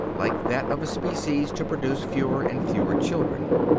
like that of a species to produce fewer and fewer children.